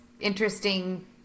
interesting